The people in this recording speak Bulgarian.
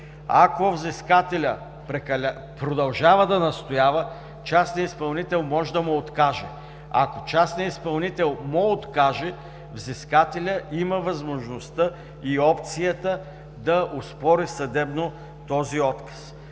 Ако взискателят продължава да настоява, частният изпълнител може да му откаже. Ако частният изпълнител му откаже, взискателят има възможността и опцията да оспори съдебно този отказ.